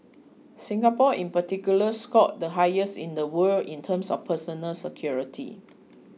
Singapore in particular scored the highest in the world in terms of personal security